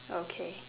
okay